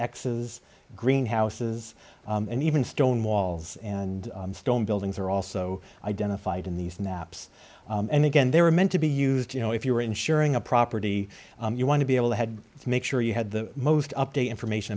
axes green houses and even stone walls and stone buildings are also identified in these snaps and again they were meant to be used you know if you were insuring a property you want to be able to had to make sure you had the most up to information